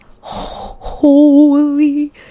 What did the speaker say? holy